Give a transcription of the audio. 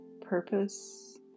purpose